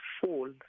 fall